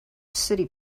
city